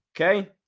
okay